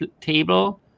table